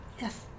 yes